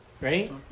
right